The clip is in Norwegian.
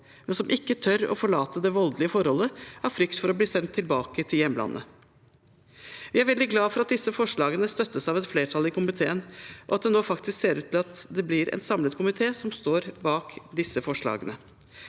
men som ikke tør å forlate det voldelige forholdet av frykt for å bli sendt tilbake til hjemlandet. Vi er veldig glad for at disse forslagene støttes av et flertall i komiteen, og at det nå faktisk ser ut til å bli en samlet komité som står bak forslagene.